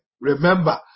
Remember